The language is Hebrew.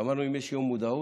אמרנו שאם יש יום מודעות,